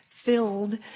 filled